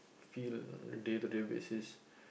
feel day to day basis